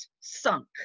sunk